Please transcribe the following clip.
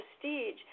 prestige